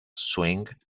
swing